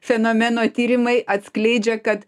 fenomeno tyrimai atskleidžia kad